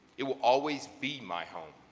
it will always be my home.